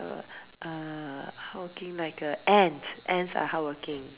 err hardworking like a Ant ants are hardworking